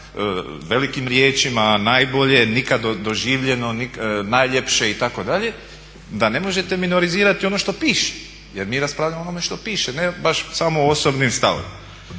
velikim riječima, najbolje, nikad doživljeno, najljepše da ne možete minorizirati ono što piše jer mi raspravljamo o onome što piše, ne baš samo o osobnim stavovima.